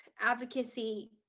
advocacy